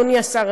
אדוני השר,